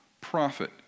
prophet